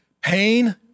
pain